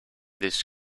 this